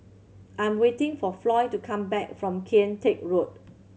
I'm waiting for Floy to come back from Kian Teck Road